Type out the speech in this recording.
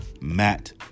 Matt